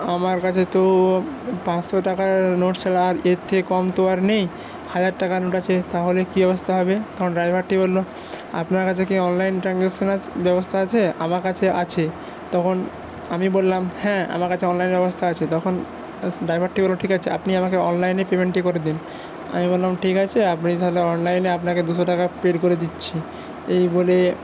আমার কাছে তো পাঁচশো টাকার নোট ছাড়া আর এর থেকে কম তো আর নেই হাজার টাকার নোট আছে তাহলে কি ব্যবস্থা হবে তখন ড্রাইভারটি বললো আপনার কাছে কি অনলাইন ট্রানজাকশন আছ ব্যবস্থা আছে আমার কাছে আছে তখন আমি বললাম হ্যাঁ আমার কাছে অনলাইন ব্যবস্থা আছে তখন ড্রাইভারটি বললো ঠিক আছে আপনি আমাকে অনলাইনে পেমেন্টটি করে দিন আমি বললাম ঠিক আছে আপনি তাহলে অনলাইনে আপনাকে দুশো টাকা পেইড করে দিচ্ছি এই বলে